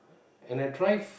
can I thrive